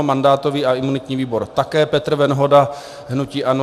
Mandátový a imunitní výbor také Petr Venhoda, hnutí ANO.